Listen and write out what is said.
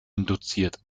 induziert